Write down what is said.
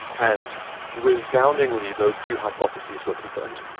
and resoundingly those two hypotheses were confirmed.